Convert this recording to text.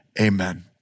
Amen